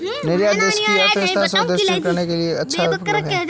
निर्यात देश की अर्थव्यवस्था को सुदृढ़ करने के लिए एक अच्छा प्रकल्प होता है